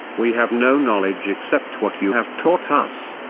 we have no knowledge except what you have taught us.